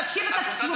תהיה מספיק